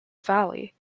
valley